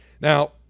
Now